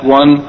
one